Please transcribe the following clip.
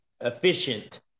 efficient